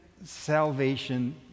salvation